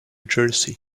jersey